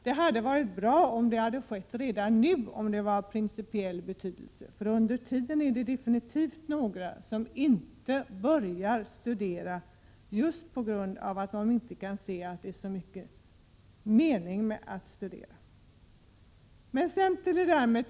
Det hade varit bra om det hade skett redan nu, om frågan var av principiell betydelse. Under tiden är det definitivt några som inte börjar studera just på grund av att de inte kan se att det är så mycket mening med att studera.